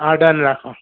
હા ડન રાખો